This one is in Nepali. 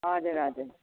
हजुर हजुर